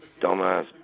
Dumbass